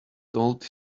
told